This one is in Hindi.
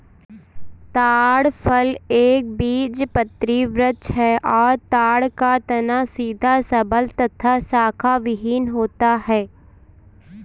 ताड़ फल एक बीजपत्री वृक्ष है और ताड़ का तना सीधा सबल तथा शाखाविहिन होता है